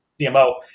CMO